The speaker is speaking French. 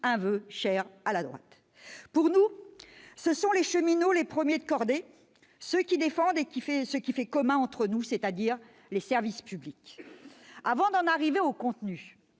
un voeu cher à la droite. Pour nous, ce sont les cheminots les premiers de cordée, ceux qui défendent ce que nous avons en commun : les services publics. Avant d'en arriver au contenu